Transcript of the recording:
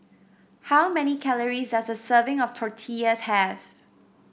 how many calories does a serving of Tortillas have